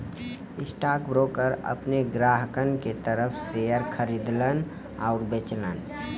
stockbroker अपने ग्राहकन के तरफ शेयर खरीदलन आउर बेचलन